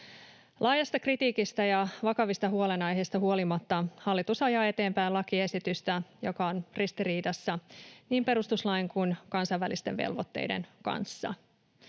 Laajasta kritiikistä ja vakavista huolenaiheista huolimatta hallitus ajaa eteenpäin lakiesitystä, joka on ristiriidassa niin perustuslain kuin kansainvälisten velvoitteiden kanssa.